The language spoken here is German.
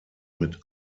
mit